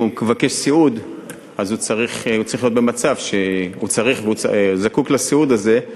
אם הוא מבקש קצבת סיעוד הוא צריך להיות במצב שהוא זקוק לסיעוד הזה,